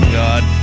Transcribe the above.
god